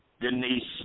Denise